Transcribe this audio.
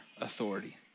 authority